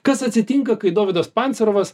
kas atsitinka kai dovydas pancerovas